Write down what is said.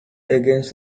against